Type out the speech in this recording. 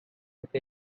with